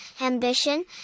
ambition